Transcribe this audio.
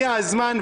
הגיע הזמן,